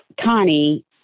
Connie